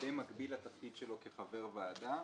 במקביל לתפקיד שלו כחבר ועדה.